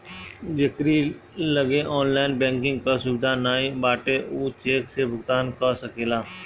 जेकरी लगे online banking कअ सुविधा नाइ बाटे उ चेक से भुगतान कअ सकेला